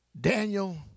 Daniel